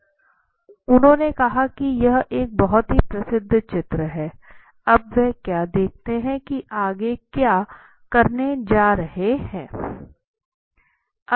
उन्होंने कहा कि यह एक बहुत ही प्रसिद्ध चरित्र है अब वह क्या देखते हैं कि आगे क्या करने जा रहा है